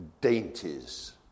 dainties